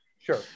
sure